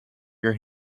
your